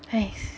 !hais!